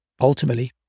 ultimately